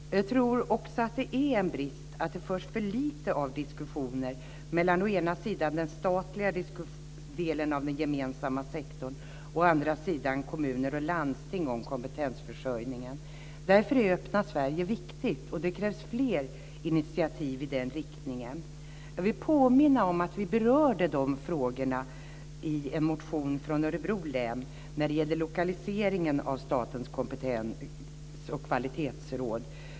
Jag tror att det är en brist att det förs för lite diskussioner om kompetensförsörjningen mellan å ena sidan den statliga delen av den gemensamma sektorn och å andra sidan kommuner och landsting. Därför är Öppna Sverige viktigt, och det krävs fler intitiativ i den riktningen. Jag vill påminna om att vi för ett antal år sedan berörde dessa frågor i en motion från Örebro län om lokaliseringen av Statens kompetens och kvalitetsråd.